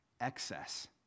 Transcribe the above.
excess